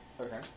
Okay